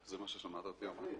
זה מה ששמעת אותי אומר?